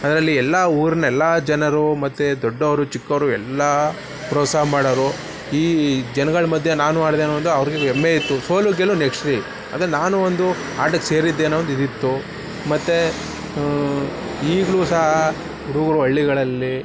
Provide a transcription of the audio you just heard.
ಅದರಲ್ಲಿ ಎಲ್ಲ ಊರ್ನ ಎಲ್ಲ ಜನರೂ ಮತ್ತೆ ದೊಡ್ಡವರು ಚಿಕ್ಕೋರು ಎಲ್ಲ ಪ್ರೋತ್ಸಾಹ ಮಾಡೋರು ಈ ಜನಗಳು ಮಧ್ಯೆ ನಾನು ಆಡದೇ ಅನ್ನೋ ಒಂದು ಅವ್ರಿಗೆ ಎಮ್ಮೆ ಇತ್ತು ಸೋಲು ಗೆಲುವು ನೆಕ್ಸ್ಟ್ ಬಿ ಅಂದರೆ ನಾನು ಒಂದು ಆಟಕ್ಕೆ ಸೇರಿದ್ದೆ ಅನ್ನೋ ಒಂದು ಇದಿತ್ತು ಮತ್ತು ಈಗಲೂ ಸಹ ಹುಡುಗರು ಹಳ್ಳಿಗಳಲ್ಲಿ